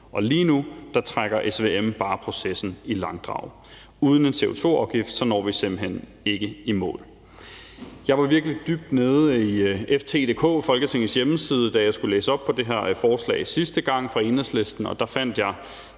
Og lige nu trækker SVM bare processen i langdrag. Uden en CO2-afgift når vi simpelt hen ikke i mål. Jeg var virkelig dybt nede på ft.dk, altså Folketingets hjemmeside, da jeg skulle læse op på det her forslag fra Enhedslisten sidste gang, og der fandt jeg